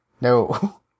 no